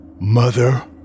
Mother